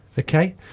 Okay